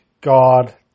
God